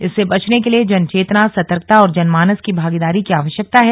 इससे बचने के लिए जन चेतना सतर्कता और जनमानस की भागीदारी की आवश्कता है